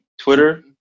Twitter